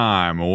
Time